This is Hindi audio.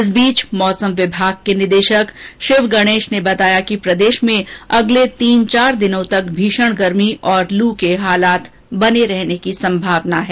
इस बीच मौसम विभाग के निदेशक शिव गणेश ने बताया कि प्रदेश में अगले तीन चार दिनों तक भीषण गर्मी और लू के हालात बने रहने की संभावना है